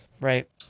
Right